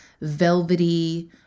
velvety